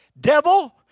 Devil